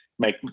make